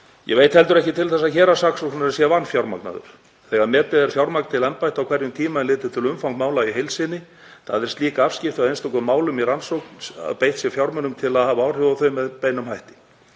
Ég veit heldur ekki til þess að héraðssaksóknari sé vanfjármagnaður. Þegar metið er fjármagn til embætta á hverjum tíma er litið til umfangs mála í heild sinni, það eru slík afskipti af einstökum málum í rannsókn að beitt sé fjármunum til að hafa áhrif á þau með beinum hætti.